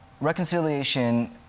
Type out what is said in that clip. reconciliation